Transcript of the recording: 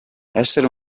essere